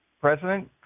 president